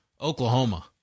Oklahoma